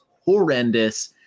horrendous